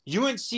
UNC